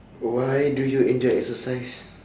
why do you enjoy exercise